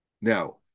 Now